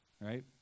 right